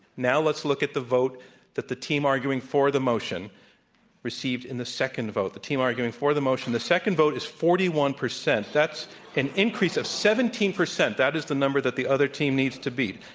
now let's look at the vote that the team arguing for the motion received in the second vote. the team arguing for the motion, the second vote is forty one percent. that's an increase of seventeen percent. that is the number that the other team needs to beat.